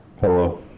Hello